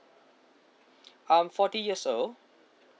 um forty years old